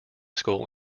school